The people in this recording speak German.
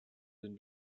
den